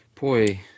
Boy